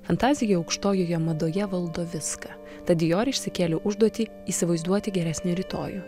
fantazija aukštojoje madoje valdo viską tad dijor išsikėlė užduotį įsivaizduoti geresnį rytojų